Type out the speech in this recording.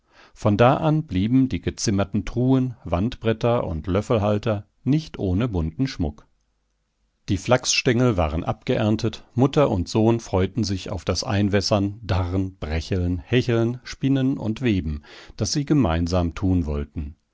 von da an blieben die gezimmerten truhen wandbretter und löffelhalter nicht ohne bunten schmuck die flachsstengel waren abgeerntet mutter und sohn freuten sich auf das einwässern darren brecheln hecheln spinnen und weben das sie gemeinsam tun wollten